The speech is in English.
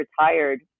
retired